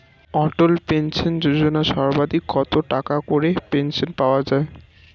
অটল pension Yojana সর্বাধিক কত টাকা করে পেনশন পাওয়া যায়?